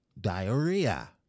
diarrhea